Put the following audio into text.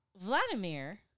Vladimir